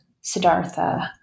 Siddhartha